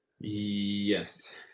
Yes